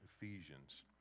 Ephesians